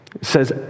says